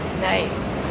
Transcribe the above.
Nice